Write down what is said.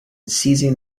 seizing